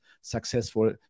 successful